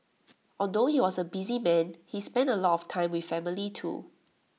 although he was A busy man he spent A lot of time with family too